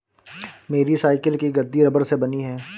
मेरी साइकिल की गद्दी रबड़ से बनी है